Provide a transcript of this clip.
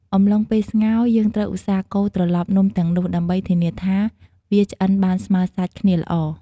អំឡុងពេលស្ងោរ យើងត្រូវឧស្សាហ៍កូរត្រឡប់នំទាំងនោះ ដើម្បីធានាថាវាឆ្អិនបានស្មើសាច់គ្នាល្អ។